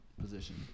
position